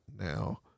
now